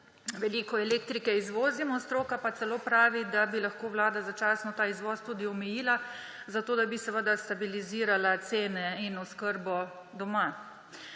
Veliko elektrike izvozimo. Stroka pa celo pravi, da bi lahko Vlada začasno ta izvoz tudi omejila, zato da bi seveda stabilizirala cene in oskrbo doma.